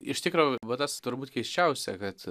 iš tikro va tas turbūt keisčiausia kad